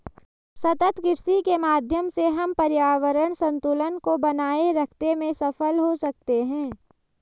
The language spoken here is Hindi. सतत कृषि के माध्यम से हम पर्यावरण संतुलन को बनाए रखते में सफल हो सकते हैं